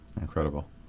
incredible